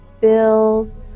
bills